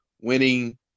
winning